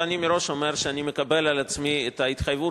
ואני מראש אומר שאני מקבל על עצמי את ההתחייבות